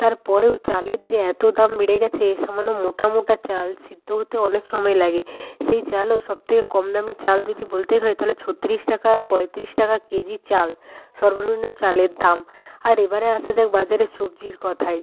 তার পরেও চালের যে এতো দাম বেড়ে গেছে সামান্য মোটা মোটা চাল সিদ্ধ হতে অনেক সময় লাগে সেই চালও সবথেকে কম দামি চাল যদি বলতেই হয় তাহলে ছত্রিশ টাকা পঁয়ত্রিশ টাকা কেজি চাল সর্বনিম্ন চালের দাম আর এবারে আসা যাক বাজারে সবজির কথায়